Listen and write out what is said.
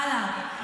הלאה.